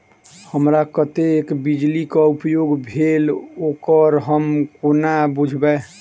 हमरा कत्तेक बिजली कऽ उपयोग भेल ओकर हम कोना बुझबै?